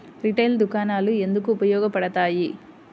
Retail దుకాణాలు ఎందుకు ఉపయోగ పడతాయి?